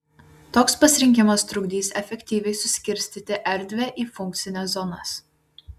toks pasirinkimas trukdys efektyviai suskirstyti erdvę į funkcines zonas